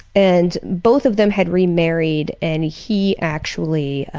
and both of them had remarried and he actually